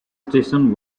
station